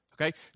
Okay